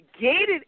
Gated